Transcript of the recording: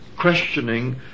questioning